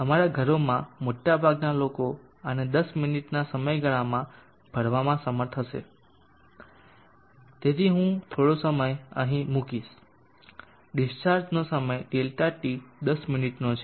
અમારા ઘરોમાં મોટાભાગના લોકો આને 10 મિનિટના સમયગાળામાં ભરવામાં સમર્થ હશે તેથી હું થોડો સમય અહીં મૂકીશ ડિસ્ચાર્જનો સમય Δt 10 મિનિટનો છે